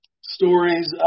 stories